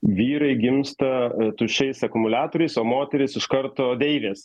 vyrai gimsta tuščiais akumuliatoriais o moterys iš karto deivės